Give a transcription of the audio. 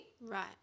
Right